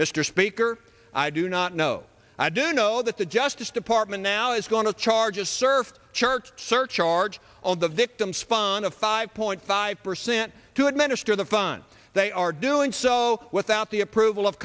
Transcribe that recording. mr speaker i do not know i do know that the justice department now is going to charge a service chart surcharge on the victim spawn of five point five percent to administer the funds they are doing so without the approval of